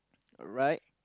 alright